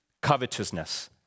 covetousness